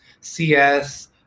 CS